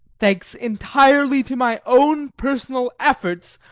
thanks entirely to my own personal efforts,